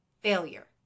failure